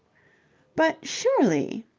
but surely.